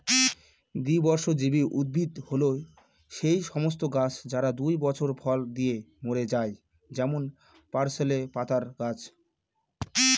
দ্বিবর্ষজীবী উদ্ভিদ হল সেই সমস্ত গাছ যারা দুই বছর ফল দিয়ে মরে যায় যেমন পার্সলে পাতার গাছ